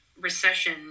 recession